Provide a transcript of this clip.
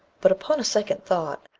but, upon a second thought,